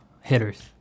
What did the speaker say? hitters